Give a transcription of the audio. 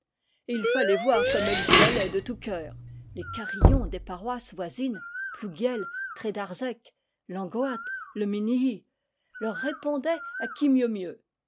il fallait voir comme elles y allaient de tout cœur les carillons des paroisses voisines plouguiel trédarzec langoat le minihy leur répondaient à qui mieux mieux